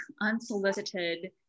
unsolicited